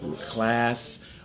class